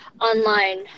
online